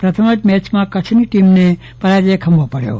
પ્રથમ જ મેચમાં કચ્છની ટીમને પરાજય ખમવો પડ્યો હતો